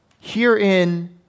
Herein